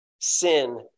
Sin